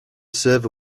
server